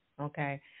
Okay